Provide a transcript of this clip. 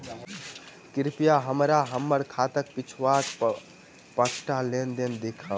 कृपया हमरा हम्मर खाताक पिछुलका पाँचटा लेन देन देखा दियऽ